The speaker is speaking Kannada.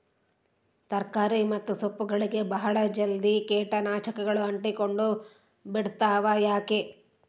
ತರಕಾರಿ ಮತ್ತು ಸೊಪ್ಪುಗಳಗೆ ಬಹಳ ಜಲ್ದಿ ಕೇಟ ನಾಶಕಗಳು ಅಂಟಿಕೊಂಡ ಬಿಡ್ತವಾ ಯಾಕೆ?